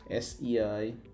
SEI